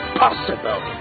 possible